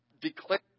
declare